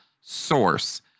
source